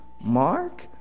Mark